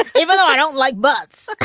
ah even though i don't like butts